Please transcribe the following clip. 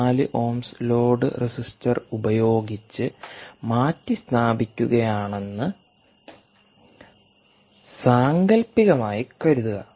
4 ohms load resistor ഉപയോഗിച്ച് മാറ്റിസ്ഥാപിക്കുകയാണെന്ന് സാങ്കൽപ്പികമായി കരുതുക